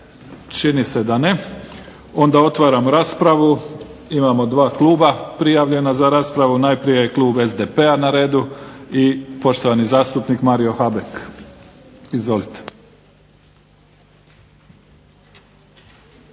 riječ? Ne. Onda otvaram raspravu. Imamo dva kluba prijavljena za raspravu. Najprije klub SDP-a na redu i poštovani zastupnik Mario Habek. Izvolite.